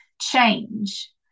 change